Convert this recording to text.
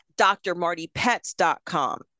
DrMartyPets.com